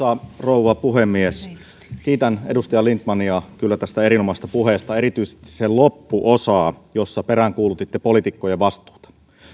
arvoisa rouva puhemies kiitän edustaja lindtmania kyllä tästä erinomaisesta puheesta erityisesti sen loppuosasta jossa peräänkuulutitte poliitikkojen vastuuta